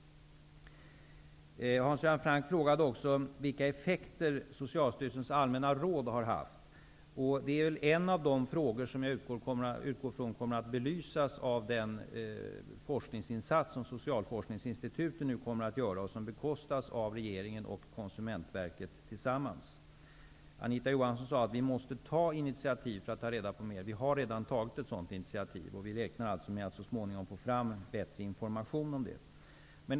Hans Göran Franck frågade också vilka effekter som Socialstyrelsens allmänna råd har haft. Det är en av de frågor som jag utgår från kommer att belysas av den forskningsinsats som socialforskningsinstituten nu kommer att göra, och som bekostas av regeringen och Konsumentverket tillsammans. Anita Johansson sade att regeringen måste ta initiativ för att ta reda på mer. Regeringen har redan tagit ett sådant initiativ, och vi räknar med att så småningom få fram bättre information om detta.